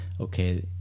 Okay